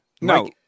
No